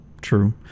true